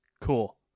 Cool